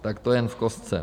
Tak to jen v kostce.